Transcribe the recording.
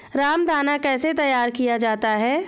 रामदाना कैसे तैयार किया जाता है?